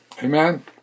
Amen